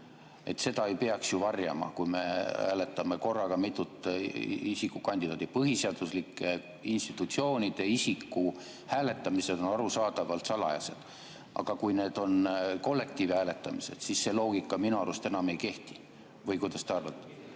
Siis ei peaks [valikut] varjama, kui me hääletame korraga mitut kandidaati. Põhiseaduslike institutsioonide isikuhääletamised on arusaadavalt salajased. Aga kui need on kollektiivhääletamised, siis see loogika minu arust enam ei kehti. Või kuidas te arvate?